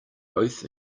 both